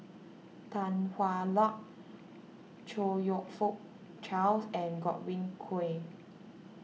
Tan Hwa Luck Chong You Fook Charles and Godwin Koay